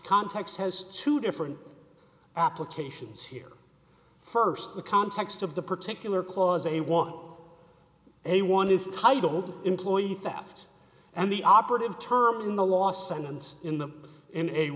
context has two different applications here first the context of the particular clause a want a one is titled employee theft and the operative term in the last sentence in the in